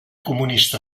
comunista